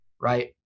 right